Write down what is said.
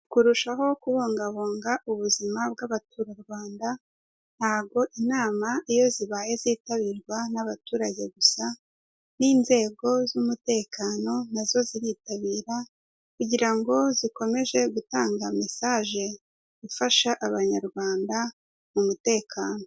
Kurushaho kubungabunga ubuzima bw'abaturarwanda, ntabwo inama iyo zibaye zitabirwa n'abaturage gusa. N'inzego z'umutekano nazo ziritabira kugira ngo zikomeze gutanga message ifasha abanyarwanda mu umutekano.